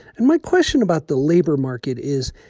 and my question about the labor market is,